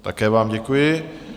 Také vám děkuji.